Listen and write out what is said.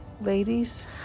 Ladies